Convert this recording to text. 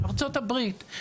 ארצות הברית.